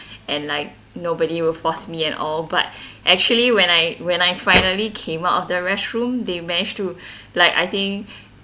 and like nobody will force me and all but actually when I when I finally came out of the restroom they managed to like I think